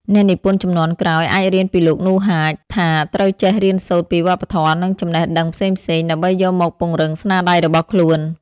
អ្នកនិពន្ធជំនាន់ក្រោយអាចរៀនពីលោក នូ ហាច ថាត្រូវចេះរៀនសូត្រពីវប្បធម៌ និងចំណេះដឹងផ្សេងៗ ដើម្បីយកមកពង្រឹងស្នាដៃរបស់ខ្លួន។